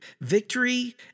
Victory